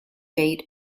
bait